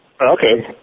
Okay